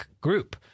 group